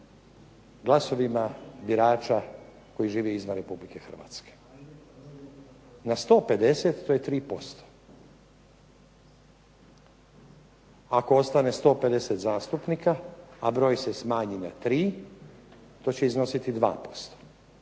glasovima birača koji žive izvan Republike Hrvatske. Na 150 to je 3%. Ako ostane 150 zastupnika, a broj se smanji na 3 to će iznositi 2%.